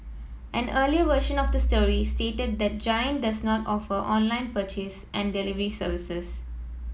an earlier version of the story stated that Giant does not offer online purchase and delivery services